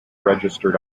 registered